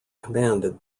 commanded